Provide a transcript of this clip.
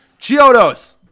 Chiodos